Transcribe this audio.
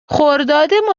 خرداد